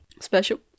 special